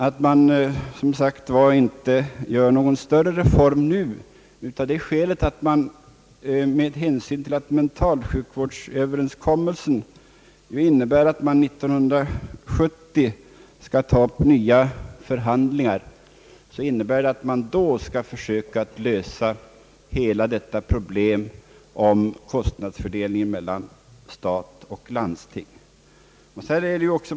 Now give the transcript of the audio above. Det innebär att man inte skall göra någon större reform nu, eftersom mentalsjukvårdsöverenskommelsen går ut på att det skall bli nya förhandlingar år 1970, och meningen är att man då skall försöka lösa hela problemet om kostnadsfördelningen mellan stat och landsting på sjukvårdens område.